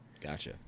Gotcha